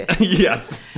Yes